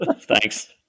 thanks